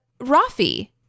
rafi